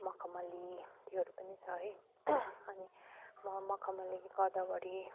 मखमली त्योहरू पनि छ है अनि म मखमली गदावरी